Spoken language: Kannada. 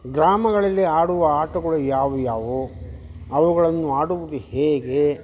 ಗ್ರಾಮಗಳಲ್ಲಿ ಆಡುವ ಆಟಗಳು ಯಾವು ಯಾವು ಅವುಗಳನ್ನು ಆಡುವುದು ಹೇಗೆ